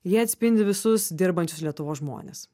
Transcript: jie atspindi visus dirbančius lietuvos žmones